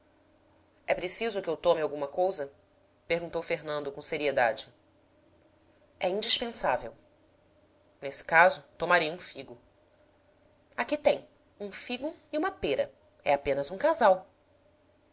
é preciso que eu tome alguma cousa perguntou fernando com seriedade é indipensável nesse caso tomarei um figo aqui tem um figo e uma pêra é apenas um casal